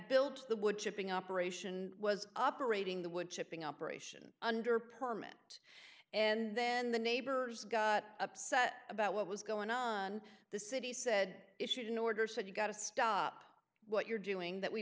built the woodchipping operation was operating the woodchipping operation under permit and then the neighbors got upset about what was going on the city said issued an order said you've got to stop what you're doing that we